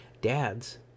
Dads